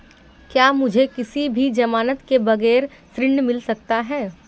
क्या मुझे किसी की ज़मानत के बगैर ऋण मिल सकता है?